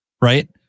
right